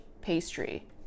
pastry